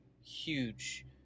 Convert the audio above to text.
huge